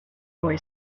boy